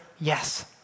yes